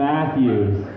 Matthews